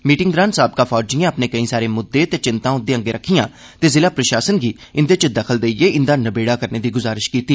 meeting दौरान साबका फौजियें अपने केंई सारे मुद्दे ते चिंता उन्दे अग्गे रक्खियां ते जिला प्रशासन गी इन्दे च दखल देइयै इन्दा नबेड़ा करने दी गुजारश कीती